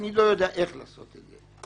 אני לא יודע איך לעשות את זה,